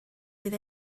fydd